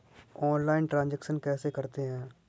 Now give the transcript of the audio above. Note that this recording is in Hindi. ऑनलाइल ट्रांजैक्शन कैसे करते हैं?